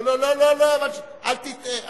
לא, לא, אל תטעה.